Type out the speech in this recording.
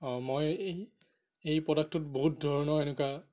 মই এই এই প্ৰডাক্টটোত বহুত ধৰণৰ এনেকুৱা